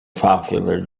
popular